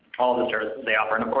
all the sort of they offer. and of course,